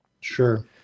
Sure